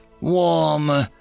Warm